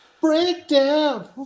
Breakdown